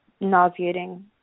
Nauseating